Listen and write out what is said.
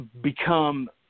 become